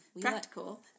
practical